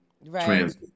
right